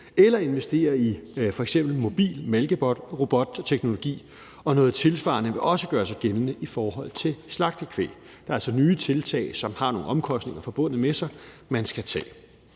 eller investere i f.eks. mobil malkerobotteknologi, og noget tilsvarende vil også gøre sig gældende i forhold til slagtekvæg. Det er altså nye tiltag, man skal tage, som har nogle omkostninger forbundet med sig. Det krav